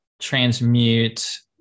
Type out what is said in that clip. transmute